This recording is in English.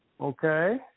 Okay